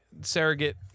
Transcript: surrogate